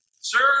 Sir